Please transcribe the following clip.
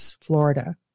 Florida